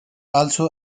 also